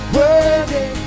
worthy